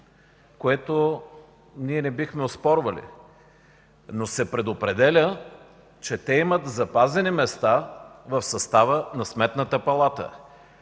което ние не бихме оспорвали, но се предопределя, че те имат запазени места в състава на Сметната палата.